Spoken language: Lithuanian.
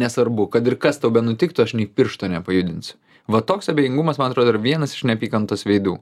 nesvarbu kad ir kas tau benutiktų aš nei piršto nepajudinsiu va toks abejingumas man atrodo yra vienas iš neapykantos veidų